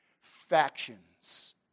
Factions